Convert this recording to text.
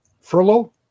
furlough